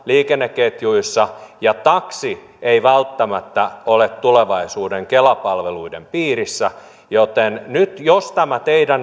liikenneketjuissa ja että taksi olisi välttämättä tulevaisuuden kela palveluiden piirissä joten jos tämä teidän